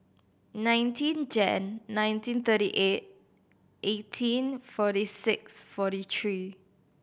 nineteen Jan nineteen thirty eight eighteen forty six forty three